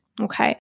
Okay